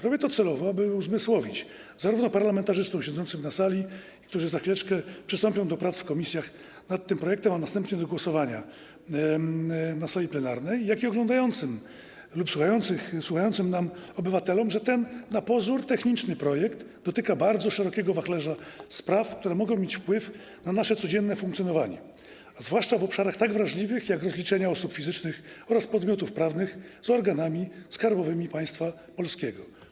Robię to celowo, by uzmysłowić zarówno parlamentarzystom siedzącym na sali, którzy za chwileczkę przystąpią do prac w komisjach nad tym projektem, a następnie do głosowania na sali plenarnej, jak i oglądającym lub słuchającym nas obywatelom, że ten na pozór techniczny projekt dotyka bardzo szerokiego wachlarza spraw, które mogą mieć wpływ na nasze codzienne funkcjonowanie, a zwłaszcza w obszarach tak wrażliwych jak rozliczenia osób fizycznych oraz podmiotów prawnych z organami skarbowymi państwa polskiego.